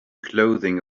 clothing